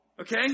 Okay